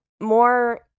more